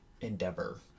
endeavor